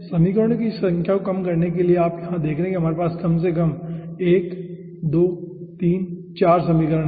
समीकरणों की इस संख्या को कम करने के लिए आप यहां देख रहे हैं कि हमारे पास कम से कम 1 2 3 4 समीकरण हैं